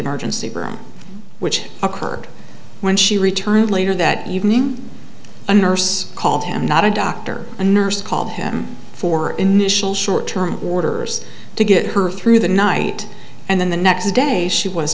emergency room which occurred when she returned later that evening a nurse called him not a doctor a nurse called him for initial short term orders to get her through the night and then the next day she wa